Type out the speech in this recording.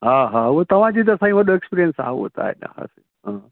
हा हा उहा तव्हां जी त साईं वॾो एक्सपीरियंस हा उहा त आहे न